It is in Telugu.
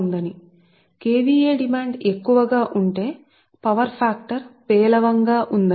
లేదా KVA డిమాండ్ ఎక్కువ అంటే ఫాక్టర్ పేలవంగా ఉంటుంది